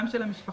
גם של המשפחה,